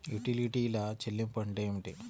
యుటిలిటీల చెల్లింపు అంటే ఏమిటి?